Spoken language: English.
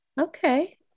okay